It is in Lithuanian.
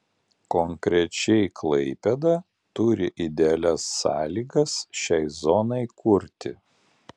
konkrečiai klaipėda turi idealias sąlygas šiai zonai kurti